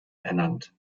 ernannt